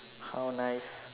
how nice